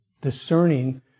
discerning